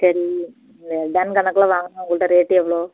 சரி டன் கணக்கில் வாங்கினா உங்கள்ட ரேட்டு எவ்வளோ